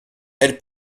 elle